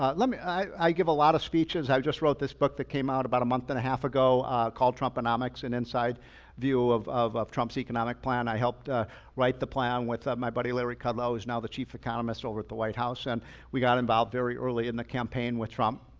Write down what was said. um i give a lot of speeches. i've just wrote this book that came out about a month and a half ago called trumponomics, an and inside view of of trump's economic plan. i helped write the plan with my buddy larry kudlow, who's now the chief economist over at the white house. and we got involved very early in the campaign with trump.